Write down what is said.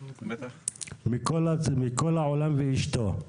מכל העולם ואשתו,